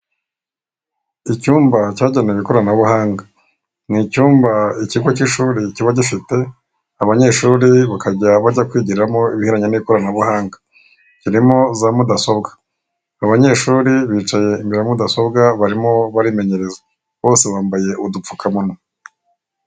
Icyumba cyagenewe ikoranabuhanga, ni icyumba ikigo cy'ishuri kiba gifite, abanyeshuri bakajya bajya kwigiramo ibigendanye n'ikoranabuhanga, kirimo za mudasobwa abanyeshuri bicaye imbere ya mudasobwa barimo barimenyerereza, bose bambaye udupfukamunwa.